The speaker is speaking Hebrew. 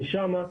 משם,